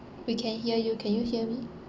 we can hear you can you hear me